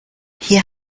hier